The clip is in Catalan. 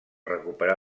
recuperar